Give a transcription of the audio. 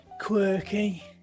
quirky